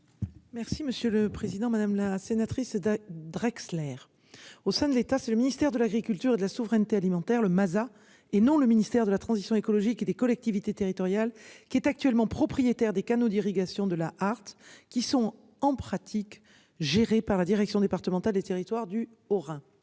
Merci monsieur le président, madame la sénatrice Draxler au sein de l'État, c'est le ministère de l'Agriculture et de la souveraineté alimentaire le Masa et non le ministère de la transition écologique et des collectivités territoriales qui est actuellement propriétaire des canaux d'irrigation de la harpe qui sont en pratique géré par la Direction départementale des territoires du Haut-Rhin.